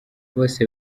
bose